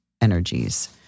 energies